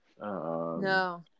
No